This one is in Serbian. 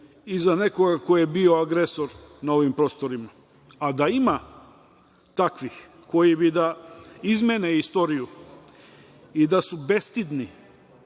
i za nekoga ko je bio agresor na ovim prostorima. A da ima takvih koji bi da izmene istoriju i da se bestidni